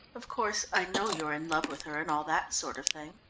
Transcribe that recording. of course, i know you're in love with her and all that sort of thing.